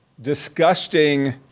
disgusting